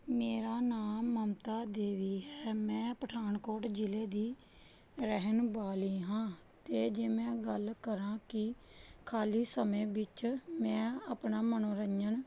ਮੇਰਾ ਨਾਮ ਮਮਤਾ ਦੇਵੀ ਹੈ ਮੈਂ ਪਠਾਨਕੋਟ ਜ਼ਿਲ੍ਹੇ ਦੀ ਰਹਿਣ ਵਾਲੀ ਹਾਂ ਅਤੇ ਜੇ ਮੈਂ ਗੱਲ ਕਰਾਂ ਕਿ ਖਾਲੀ ਸਮੇਂ ਵਿੱਚ ਮੈਂ ਆਪਣਾ ਮਨੋਰੰਜਨ